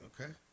Okay